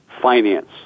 finance